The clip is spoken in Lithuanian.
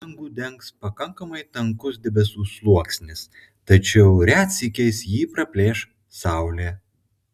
dangų dengs pakankami tankus debesų sluoksnis tačiau retsykiais jį praplėš saulė